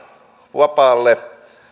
vapaalle